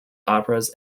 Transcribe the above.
operas